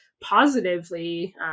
Positively